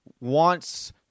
wants